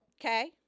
Okay